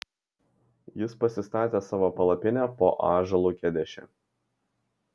jis pasistatė savo palapinę po ąžuolu kedeše